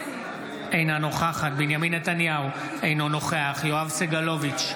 אינו נוכח ינון אזולאי, אינו נוכח גדי איזנקוט,